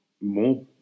More